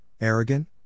arrogant